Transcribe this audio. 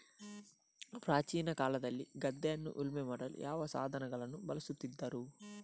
ಪ್ರಾಚೀನ ಕಾಲದಲ್ಲಿ ಗದ್ದೆಯನ್ನು ಉಳುಮೆ ಮಾಡಲು ಯಾವ ಸಾಧನಗಳನ್ನು ಬಳಸುತ್ತಿದ್ದರು?